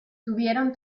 tuvieron